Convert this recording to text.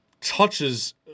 touches